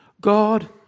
God